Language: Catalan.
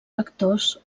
vectors